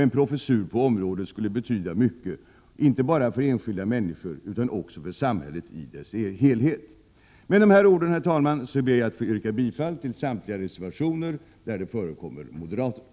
En professur på området skulle betyda mycket, inte bara för enskilda människor utan också för samhället i dess helhet. Med dessa ord ber jag, herr talman, att få yrka bifall till samtliga reservationer där det förekommer moderater.